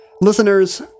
Listeners